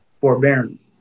forbearance